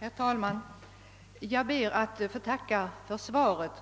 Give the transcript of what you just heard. Herr talman! Jag ber att få tacka för svaret på min enkla fråga.